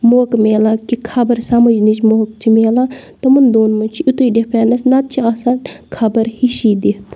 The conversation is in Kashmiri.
موقعہٕ میلان کہِ خبَر سَمجنٕچ موقہٕ چھِ میلان تِمَن دۆن منٛز چھِ یُتُے ڈِفرَنٕس نَتہِ چھِ آسان خبر ہِشی دِتھ